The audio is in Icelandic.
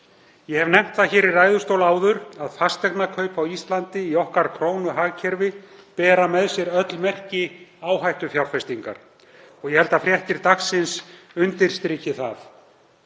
Ég hef nefnt það áður í ræðustól að fasteignakaup á Íslandi í krónuhagkerfi okkar bera með sér öll merki áhættufjárfestingar og ég held að fréttir dagsins undirstriki það.